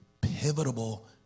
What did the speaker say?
pivotal